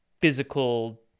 physical